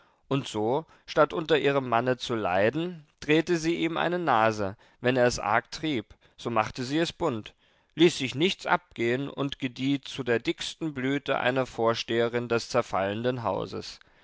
und so statt unter ihrem manne zu leiden drehte sie ihm eine nase wenn er es arg trieb so machte sie es bunt ließ sich nichts abgehen und gedieh zu der dicksten blüte einer vorsteherin des zerfallenden hauses